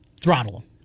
Throttle